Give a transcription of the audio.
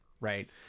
right